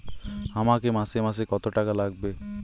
আমাকে মাসে মাসে কত টাকা লাগবে?